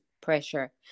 pressure